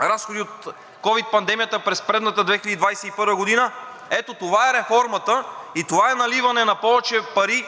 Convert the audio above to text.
разходи от ковид пандемията през предната 2021 г. Ето това е реформата и това е наливане на повече пари,